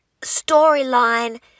storyline